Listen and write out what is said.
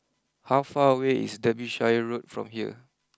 how far away is Derbyshire Road from here